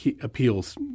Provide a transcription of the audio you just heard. appeals